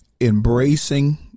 embracing